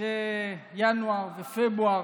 חודשי ינואר ופברואר,